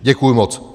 Děkuju moc.